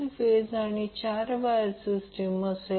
load ZL मध्ये pure resistance RL असतो